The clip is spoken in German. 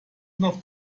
noch